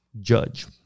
judge